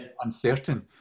uncertain